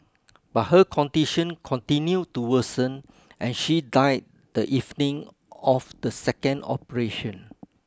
but her condition continued to worsen and she died the evening of the second operation